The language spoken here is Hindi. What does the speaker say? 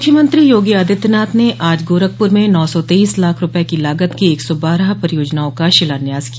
मुख्यमंत्री योगी आदित्यनाथ ने आज गोरखपुर म नौ सौ तेईस लाख रूपये की लागत की एक सौ बारह परियोजनाओं का शिलान्यास किया